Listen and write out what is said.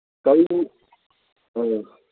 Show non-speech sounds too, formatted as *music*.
*unintelligible* ꯑ